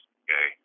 okay